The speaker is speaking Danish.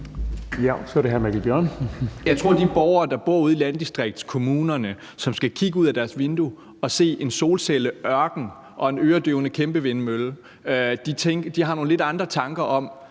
Jeg tror, at de borgere, der bor ude i landdistriktskommunerne, og som skal kigge ud ad deres vindue og se på en solcelleørken og en øredøvende kæmpevindmølle, har nogle lidt andre tanker om